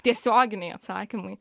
tiesioginiai atsakymai